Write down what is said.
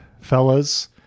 fellas